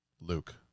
Luke